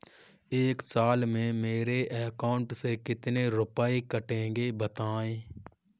एक साल में मेरे अकाउंट से कितने रुपये कटेंगे बताएँ?